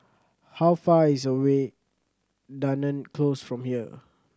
how far is away Dunearn Close from here